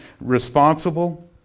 responsible